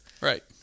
right